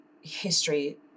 history